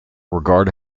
regard